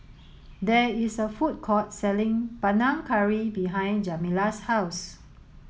there is a food court selling Panang Curry behind Jamila's house